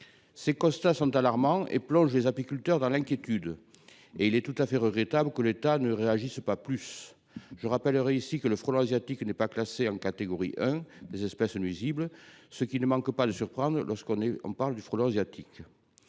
Ces constats sont alarmants et plongent les apiculteurs dans l’inquiétude. Il est donc tout à fait regrettable que l’État ne réagisse pas davantage. Je rappelle que le frelon asiatique n’est pas classé en catégorie 1 des espèces nuisibles, ce qui ne manque pas de surprendre. Globalement, l’absence